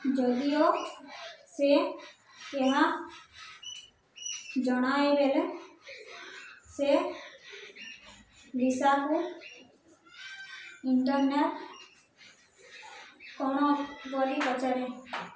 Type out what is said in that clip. ଯଦିଓ ସେ ଏହା ଜଣାଇଲାବେଳେ ସେ ଲିସାକୁ ଇଣ୍ଟରନେଟ୍ କ'ଣ ବୋଲି ପଚାରେ